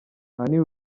ahanini